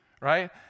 right